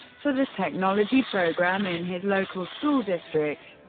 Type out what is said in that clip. for the technology program in his local school district.